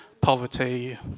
poverty